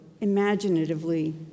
imaginatively